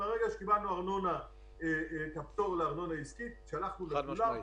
ברגע שקיבלנו את הפטור לארנונה עסקית אנחנו שלחנו לכולם,